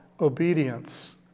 obedience